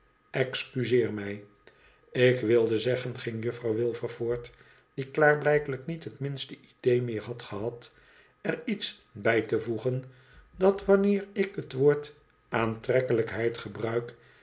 excuseer mij ik wilde zeggen ging juffrouw wilfer voort die klaarblijkelijk niet het minste idéé meer had gehad er iets bij te voegen dat wanneer ik het woord aantrekkelijkheid gebruik